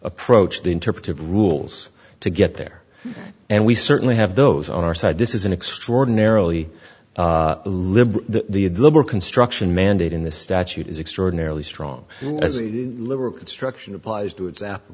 approach the interpretive rules to get there and we certainly have those on our side this is an extraordinarily liberal the liberal construction mandate in the statute is extraordinarily strong as a liberal construction applies to it's a